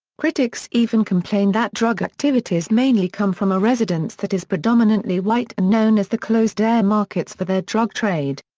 critics even complained that drug activities mainly come from a residence that is predominantly white and known as the closed-air markets for their drug trade.